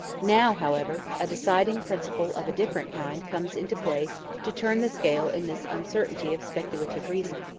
now, however, a deciding principle of a different kind comes into play to turn the scale in this uncertainty of speculative reason.